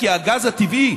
כי הגז הטבעי,